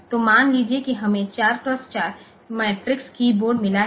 तो मान लीजिए कि हमें 4 क्रॉस 4 मैट्रिक्स कीयबोर्ड मिला है